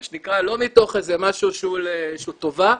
מה שנקרא לא מתוך איזה משהו שהוא איזה שהיא טובה,